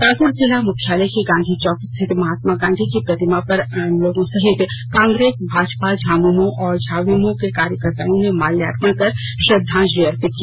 पाक्ड़ जिला मुख्यालय के गांधी चौक स्थित महात्मा गांधी की प्रतिमा पर आम लोगों सहित कांग्रेस भाजपा झामुमो और झाविमो के कार्यकर्ताओं ने माल्यार्पण कर श्रद्वांजलि अर्पित की